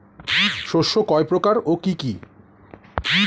শস্য কয় প্রকার কি কি?